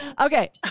Okay